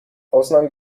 ausnahmen